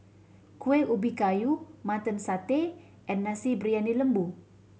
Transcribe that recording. Kueh Ubi Kayu Mutton Satay and Nasi Briyani Lembu